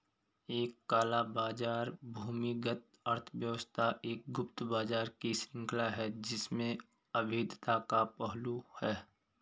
एक काला बाजार भूमिगत अर्थव्यवस्था एक गुप्त बाजार की श्रृंखला है जिसमें अवैधता का पहलू है